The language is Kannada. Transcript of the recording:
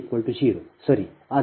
Z f 0 ಸರಿ